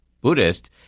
Buddhist